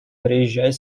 приезжай